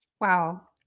Wow